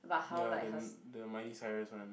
ya the the Miley Cyrus one